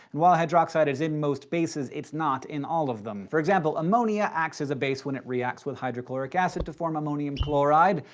and while hydroxide is in most bases, it's not in all of them. for example, ammonia acts as a base when it reacts with hydrochloric acid to form ammonium chloride.